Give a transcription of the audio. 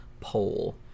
poll